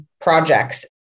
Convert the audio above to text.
projects